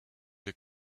des